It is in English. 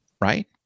right